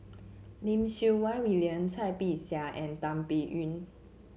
Lim Siew Wai William Cai Bixia and Tan Biyun